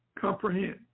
comprehend